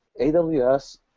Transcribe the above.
AWS